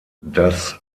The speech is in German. das